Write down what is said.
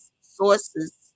sources